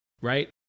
right